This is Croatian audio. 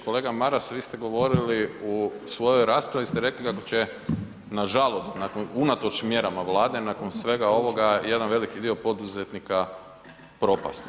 Kolega Maras, vi ste govorili u svojoj raspravi ste rekli kako će nažalost unatoč mjerama Vlade, nakon svega ovoga jedan veliki dio poduzetnika propasti.